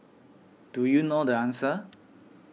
do you know the answer